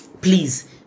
please